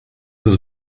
was